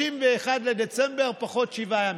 31 בדצמבר פחות שבעה ימים.